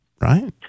right